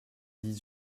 dix